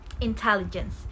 intelligence